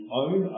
own